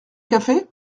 café